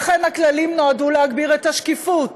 לכן, הכללים נועדו להגביר את השקיפות